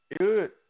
good